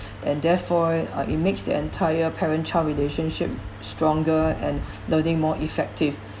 and therefore uh it makes the entire parent-child relationship stronger and learning more effective